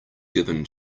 given